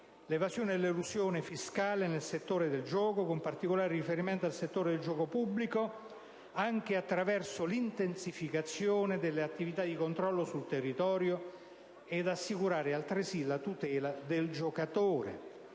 l'evasione e l'elusione fiscale nel settore del gioco, con particolare riferimento al settore del gioco pubblico, anche attraverso l'intensificazione delle attività di controllo sul territorio, ed assicurare, altresì, la tutela del giocatore;